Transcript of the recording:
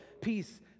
peace